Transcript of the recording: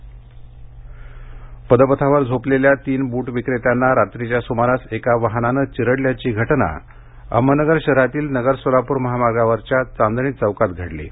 अपघात पदपथावर झोपलेल्या तीन बूट विक्रेत्यांना रात्रीच्या सुमारास एका वाहनानं चिरडल्याची घटना अहमदनगर शहरातील नगर सोलापूर महामार्गावरच्या चांदणी चौकात घडली आहे